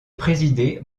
présidé